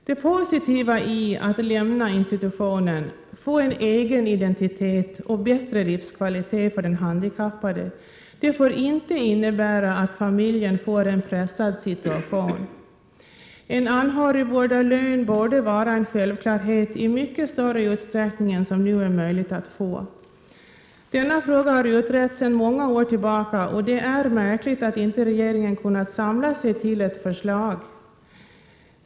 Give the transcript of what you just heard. Det positiva i att lämna institutionen, få en egen identitet och bättre livskvalitet för den handikappade får inte innebära att familjen får en pressad situation. En anhörigvårdarlön borde vara en självklarhet i mycket större utsträckning än som det nu är möjligt att få. Denna fråga har utretts sedan många år tillbaka, och det är märkligt att regeringen inte kunnat samla sig till ett förslag.